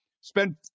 spend